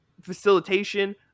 facilitation